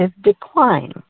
decline